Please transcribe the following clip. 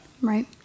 right